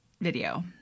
video